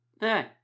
Hey